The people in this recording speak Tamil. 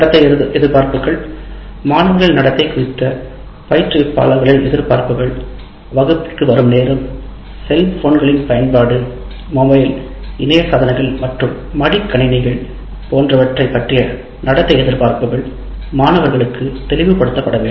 நடத்தை எதிர்பார்ப்புகள் மாணவர்களின் நடத்தை குறித்த பயிற்றுனர்களின் எதிர்பார்ப்புகள் வகுப்பிற்கு வரும் நேரம் செல்போன்களின் பயன்பாடு மொபைல் இணைய சாதனங்கள் மற்றும் மடிக்கணினிகள் போன்றவற்றை பற்றிய நடத்தை எதிர்பார்ப்புகள் மாணவர்களுக்கு தெளிவுபடுத்தப்பட வேண்டும்